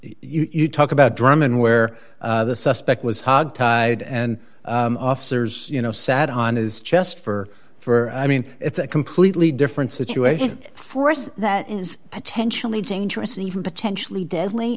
that you talk about drumming where the suspect was hogtied and officers you know sat on his chest for for i mean it's a completely different situation force that is potentially dangerous and even potentially deadly